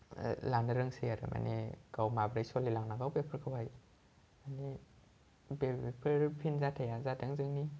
लानो रोंसै आरो माने गाव माबोरै सोलिलांनांगौ बेफोरखौहाय माने बेफोर फिनजाथाया जादों जोंनि